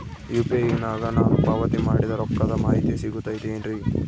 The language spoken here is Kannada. ಯು.ಪಿ.ಐ ನಾಗ ನಾನು ಪಾವತಿ ಮಾಡಿದ ರೊಕ್ಕದ ಮಾಹಿತಿ ಸಿಗುತೈತೇನ್ರಿ?